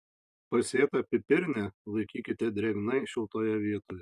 pasėtą pipirnę laikykite drėgnai šiltoje vietoje